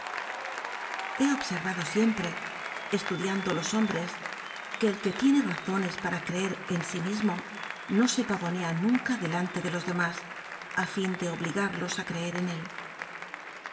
obscr ado siempre estudiando los hombres que el que tiene razones para creer en sí mismo no se pmonea nur ca delante de los demas a fin i'cel en él